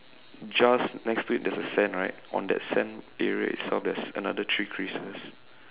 just next to it there's a sand right on that sand area itself there's another three creases